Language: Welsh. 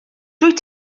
dwyt